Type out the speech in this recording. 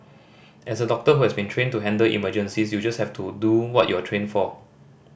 as a doctor who has been trained to handle emergencies you just have to do what you are trained for